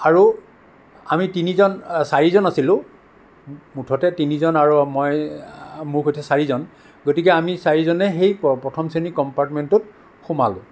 আৰু আমি তিনিজন চাৰিজন আছিলোঁ মুঠতে তিনিজন আৰু মই মোৰ সৈতে চাৰিজন গতিকে আমি চাৰিজনে সেই প্ৰথম শ্ৰেণীৰ কম্পাৰ্টমেণ্টটোত সোমালোঁ